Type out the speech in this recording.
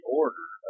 order